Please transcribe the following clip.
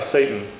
Satan